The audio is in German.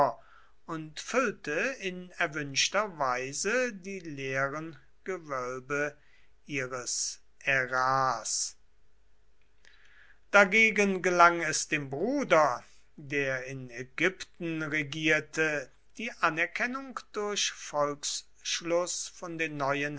und füllte in erwünschter weise die leeren gewölbe ihres ärars dagegen gelang es dem bruder der in ägypten regierte die anerkennung durch volksschluß von den neuen